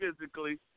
physically